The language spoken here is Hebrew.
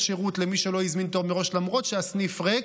שירות למי שלא הזמין תור מראש למרות שהסניף ריק,